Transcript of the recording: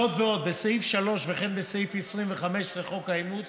זאת ועוד, בסעיף 3 וכן בסעיף 25 לחוק האימוץ